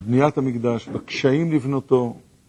בניית המקדש, בקשיים לבנותו